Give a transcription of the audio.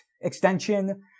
extension